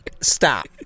stop